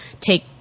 take